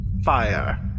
Fire